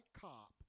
cop